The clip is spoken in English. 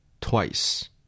Twice